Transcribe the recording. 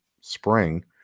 spring